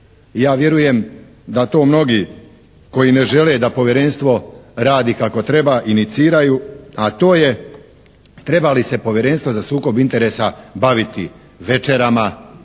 ja vjerujem da to mnogi koji ne žele da Povjerenstvo radi kako treba iniciraju, a to je treba li se Povjerenstvo za sukob interesa baviti večerama,